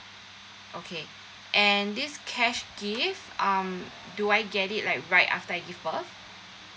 okay and this cash gift um do I get it like right after I give birth